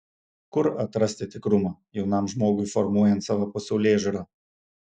kur atrasti tikrumą jaunam žmogui formuojant savo pasaulėžiūrą